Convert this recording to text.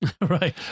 right